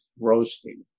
roasting